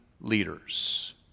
leaders